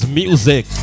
music